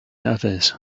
others